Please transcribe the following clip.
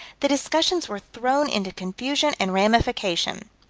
the discussions were thrown into confusion and ramification.